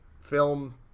film